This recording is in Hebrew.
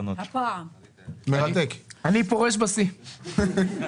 אני פורש בשיא...